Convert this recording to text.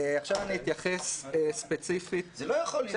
אני אתייחס ספציפית --- זה לא יכול להיות, באמת.